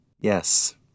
Yes